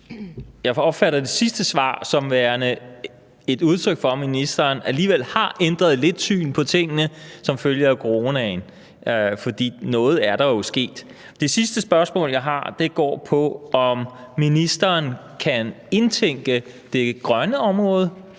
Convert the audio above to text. Jeg opfatter det sidste svar som værende et udtryk for, at ministeren alligevel har ændret lidt syn på tingene som følge af coronaen, for noget er der jo sket. Det sidste spørgsmål, jeg har, går på, om ministeren kan indtænke det grønne område